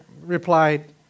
replied